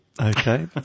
okay